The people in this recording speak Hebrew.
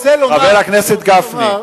חבר הכנסת גפני,